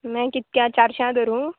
मागी कितक्या चारश्यां धरूं